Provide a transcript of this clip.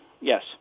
yes